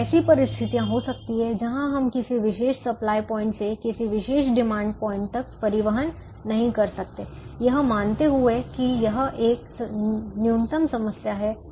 अब ऐसी परिस्थितियां हो सकती हैं जहां हम किसी विशेष सप्लाई प्वाइंट से किसी विशेष डिमांड पॉइंट तक परिवहन नहीं कर सकते यह मानते हुए कि यह एक न्यूनतम समस्या है